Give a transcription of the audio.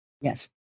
Yes